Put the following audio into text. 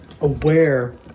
aware